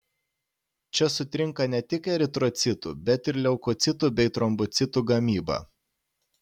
čia sutrinka ne tik eritrocitų bet ir leukocitų bei trombocitų gamyba